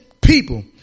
people